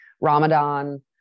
Ramadan